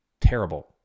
terrible